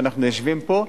שאנחנו יושבים פה,